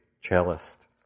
cellist